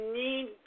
need